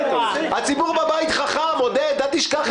הציבור בבית חכם, אל תשכח את זה.